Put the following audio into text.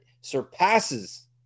surpasses